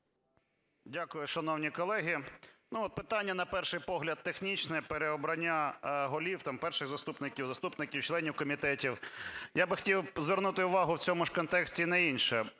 Дякую, шановні колеги. Ну, питання, на перший погляд, технічне: переобрання голів, там перших заступників, заступників, членів комітетів. Я би хотів звернути увагу в цьому ж контексті на інше.